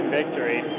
victory